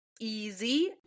easy